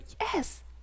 yes